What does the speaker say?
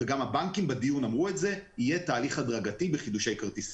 וגם הבנקים אמרו את זה בדיון יהיה תהליך הדרגתי בחידושי כרטיסים.